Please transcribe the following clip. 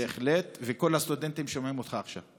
בהחלט, וכל הסטודנטים שומעים אותך עכשיו.